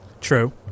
True